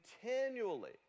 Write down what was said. continually